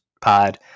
pod